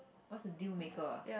what's the dealmaker ah